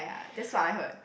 ya that's what I heard